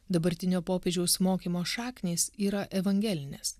dabartinio popiežiaus mokymo šaknys yra evangelinės